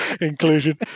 inclusion